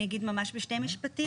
אני אגיד ממש בשני משפטים.